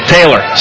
Taylor